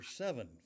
seven